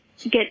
get